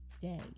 day